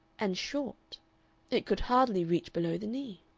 and short it could hardly reach below the knee.